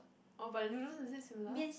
oh but the noodles is it similar